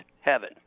heaven